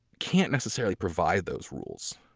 can't necessarily provide those rules